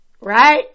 Right